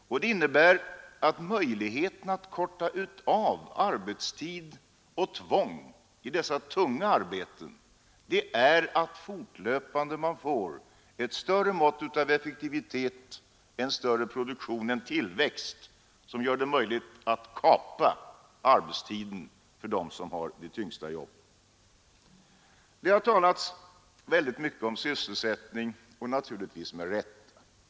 Förutsättningen för att korta av arbetstid och tvång i dessa tunga arbeten är att fortlöpande åstadkomma ett större mått av effektivitet, en större produktion och en tillväxt, som gör det möjligt att kapa arbetstiden för dem som har det tyngsta jobbet. Det har talats väldigt mycket om sysselsättning — naturligtvis med rätta.